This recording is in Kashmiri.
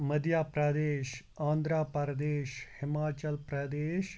مٔدھیہ پرٛدیش آندھرا پردیش ہِماچَل پرٛدیش